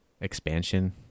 expansion